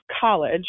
college